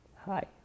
Hi